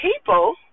people